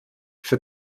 für